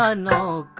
ah no,